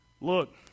Look